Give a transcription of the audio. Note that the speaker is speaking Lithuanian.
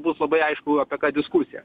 bus labai aišku apie ką diskusija